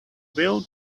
will